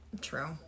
true